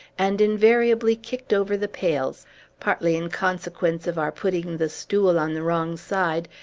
and invariably kicked over the pails partly in consequence of our putting the stool on the wrong side,